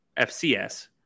FCS